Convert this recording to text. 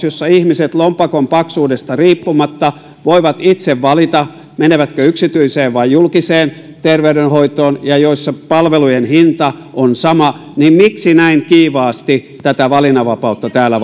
jossa ihmiset lompakon paksuudesta riippumatta voivat itse valita menevätkö yksityiseen vai julkiseen terveydenhoitoon joissa palveluiden hinta on sama niin miksi näin kiivaasti tätä valinnanvapautta täällä